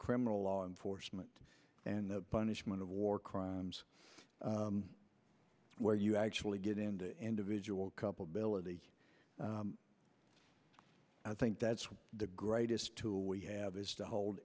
criminal law enforcement and punishment of war crimes where you actually get into an individual couple ability i think that's the greatest tool we have is to hold